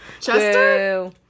Chester